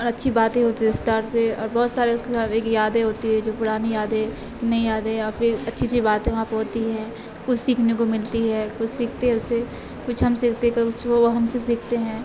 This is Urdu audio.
اور اچھی باتیں ہوتی ہیں رشتے دار سے اور بہت سارے اس کے ساتھ کچھ یادیں ہوتی ہے جو پرانی یادیں نئی یادیں اوریا پھر اچھی اچھی باتیں وہاں پہ ہوتی ہیں کچھ سیکھنے کو ملتی ہے کچھ سیکھتے ہیں اس سے کچھ ہم سیکھتے کچھ وہ ہم سے سیکھتے ہیں